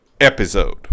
episode